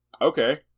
Okay